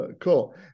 Cool